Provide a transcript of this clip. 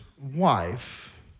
wife